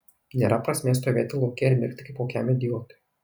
nėra prasmės stovėti lauke ir mirkti kaip kokiam idiotui